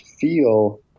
feel –